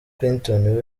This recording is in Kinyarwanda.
clinton